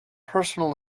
personal